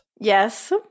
Yes